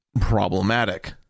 problematic